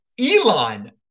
elon